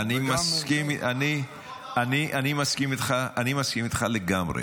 --- אני מסכים איתך לגמרי,